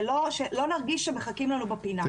שלא נרגיש שמחכים לנו בפינה.